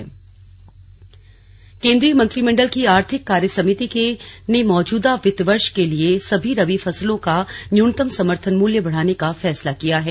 slug न्यनतम समर्थन मल्य केन्द्रीय मंत्रिमण्डल की आर्थिक कार्य समिति ने मौजूदा वित्त वर्ष के लिए सभी रबी फसलों का न्यूनतम समर्थन मूल्य बढ़ाने का फैसला किया है